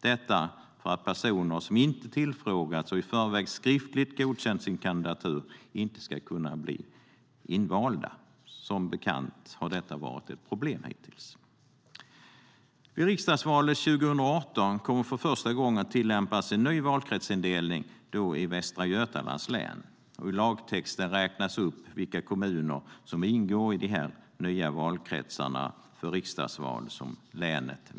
Detta för att personer som inte tillfrågats och i förväg skriftligt godkänt sin kandidatur inte ska kunna bli invalda. Det har som bekant varit ett problem. Vid riksdagsvalet 2018 kommer en ny valkretsindelning att tillämpas för första gången, i Västra Götalands län. I lagtexten räknas det upp vilka kommuner som ingår i de nya valkretsarna för riksdagsval och som länet